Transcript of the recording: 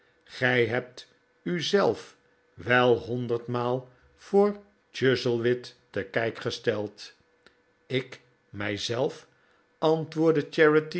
gij hebt u zelf wel honderdmaal voor chuzzlewit te kijk gesteld ik mij zelf antwoordde